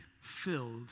filled